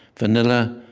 vanilla,